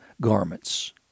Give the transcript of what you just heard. garments